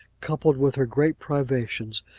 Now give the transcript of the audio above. coupled with her great privations,